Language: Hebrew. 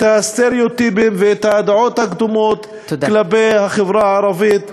הסטריאוטיפים ואת הדעות הקדומות כלפי החברה הערבית,